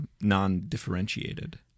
non-differentiated